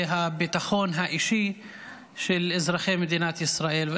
הביטחון האישי של אזרחי מדינת ישראל.